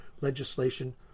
legislation